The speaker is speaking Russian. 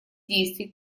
действий